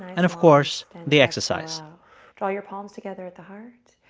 and of course, they exercise draw your palms together at the heart.